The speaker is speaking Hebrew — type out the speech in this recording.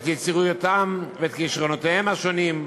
את יצירתיותם ואת כישרונותיהם השונים,